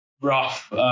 rough